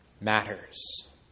matters